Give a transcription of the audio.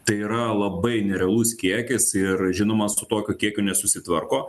tai yra labai nerealus kiekis ir žinoma su tokiu kiekiu nesusitvarko